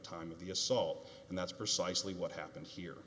time of the assault and that's precisely what happened here